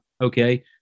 okay